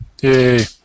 Yay